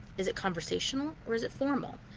is it conversational or is it formal?